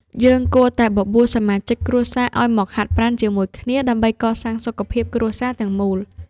យើងគួរតែបបួលសមាជិកគ្រួសារឱ្យមកហាត់ប្រាណជាមួយគ្នា ដើម្បីកសាងសុខភាពគ្រួសារទាំងមូល។